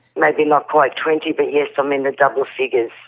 maybe not quite twenty, but yes, i'm in the double figures.